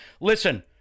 Listen—